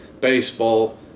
baseball